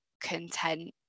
content